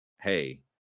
hey